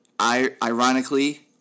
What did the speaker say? ironically